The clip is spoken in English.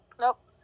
Nope